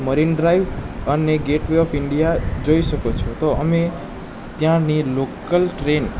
marine Drive અને Gateway of India જોઈ શકો છો તો અમે ત્યાંની લોકલ ટ્રેન